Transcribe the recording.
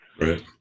Right